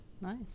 nice